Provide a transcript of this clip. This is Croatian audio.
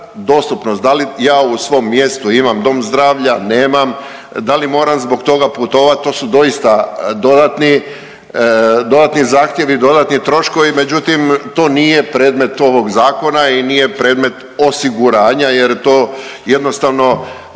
da li ja u svom mjestu imam dom zdravlja, nemam, da li moram zbog toga putovati to su doista dodatni zahtjevi, dodatni troškovi međutim to nije predmet ovog zakona i nije predmet osiguranja jer to jednostavno